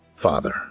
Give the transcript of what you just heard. Father